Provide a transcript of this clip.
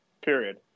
period